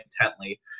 intently